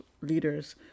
leaders